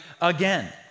again